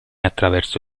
attraverso